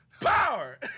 Power